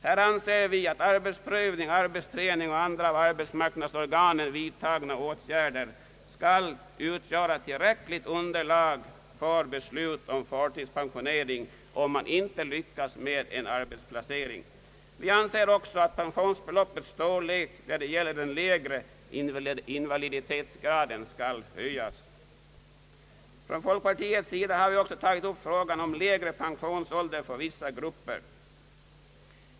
Härvidlag anser vi att arbetsprövning, arbetsträning och andra av arbetsmarknadsorganen vidtagna åtgärder skall utgöra tillräckligt underlag för beslut om förtidspensionering om man inte lyckas med en arbetsplacering. Vi anser också att pensionsbeloppets storlek när det gäller den lägre invaliditetsgraden skall höjas. Från folkpartiets sida har vi också tagit upp frågan om lägre pensionsålder för vissa grupper.